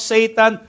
Satan